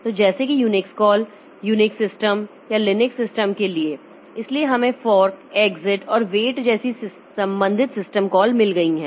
तो जैसे कि यूनिक्स कॉल यूनिक्स सिस्टम या लिनक्स सिस्टम के लिए इसलिए हमें फोर्क एग्जिट और वेट जैसी संबंधित सिस्टम कॉल मिल गई है